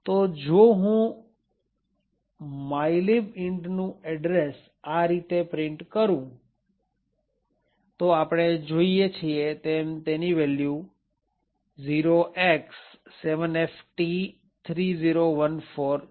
તો જો હું mylib intનું એડ્રેસ આ રીતે પ્રિન્ટ કરું તો આપણે જોઈએ છીએ તેમ તેની વેલ્યુ 0xX7FT3014 છે